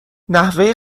نحوه